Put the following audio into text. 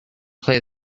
play